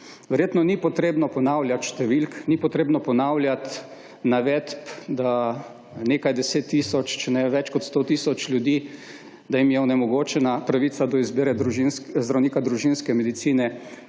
Verjetno ni potrebno ponavljati številk, ni potrebno ponavljati navedb, da nekaj deset tisoč, če ne več kot sto tisoč ljudi, da jim je onemogočena pravica do izbire zdravnike družinske medicine,